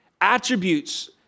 attributes